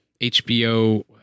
HBO